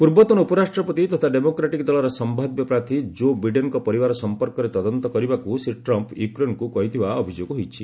ପୂର୍ବତନ ଉପରାଷ୍ଟ୍ରପତି ତଥା ଡେମୋକ୍ରାଟିକ ଦଳର ସମ୍ଭାବ୍ୟ ପ୍ରାର୍ଥୀ ଜୋ ବିଡେନ୍ଙ୍କ ପରିବାର ସମ୍ପର୍କରେ ତଦନ୍ତ କରିବାକୁ ଶ୍ରୀ ଟ୍ରମ୍ ୟୁକ୍ରେନ୍କୁ କହିଥିବା ଅଭିଯୋଗ ହୋଇଛି